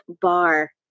bar